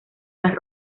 las